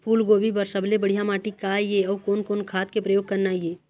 फूलगोभी बर सबले बढ़िया माटी का ये? अउ कोन कोन खाद के प्रयोग करना ये?